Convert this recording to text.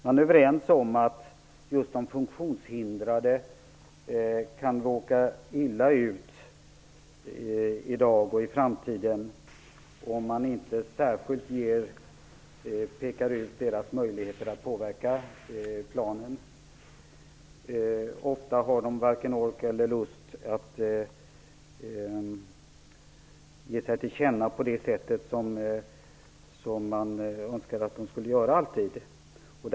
Man är överens om att just de funktionshindrade kan råka illa ut i dag och i framtiden om vi inte särskilt pekar ut deras möjligheter att påverka planen. Ofta har de varken ork eller lust att ge sig till känna på det sätt som man önskar att de alltid skulle göra.